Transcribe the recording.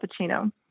Pacino